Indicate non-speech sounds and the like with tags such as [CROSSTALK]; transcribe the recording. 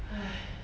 [NOISE]